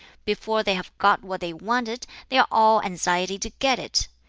before they have got what they wanted they are all anxiety to get it,